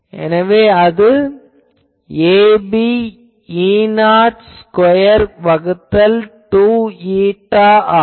எனவே அது ab E0 square வகுத்தல் 2η ஆகும்